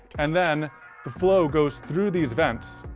and then the flow goes through these vents.